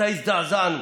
מתי הזדעזענו?